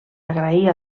agrair